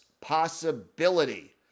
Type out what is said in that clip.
possibility